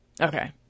okay